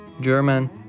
German